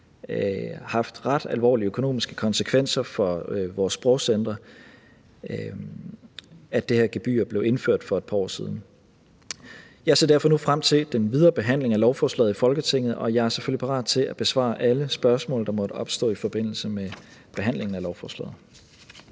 har haft ret alvorlige økonomiske konsekvenser for vores sprogcentre, at det her gebyr blev indført for et par år siden. Jeg ser derfor nu frem til den videre behandling af lovforslaget i Folketinget, og jeg er selvfølgelig parat til at besvare alle spørgsmål, der måtte opstå i forbindelse med behandlingen af lovforslaget.